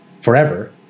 forever